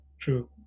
true